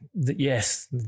Yes